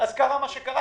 אז קרה מה שקרה.